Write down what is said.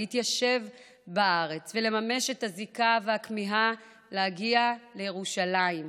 להתיישב בארץ ולממש את הזיקה והכמיהה להגיע לירושלים.